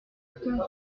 docteur